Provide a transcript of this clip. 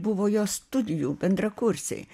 buvo jo studijų bendrakursiai